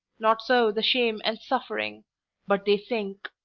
not so the shame and suffering but they sink.